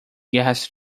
guerras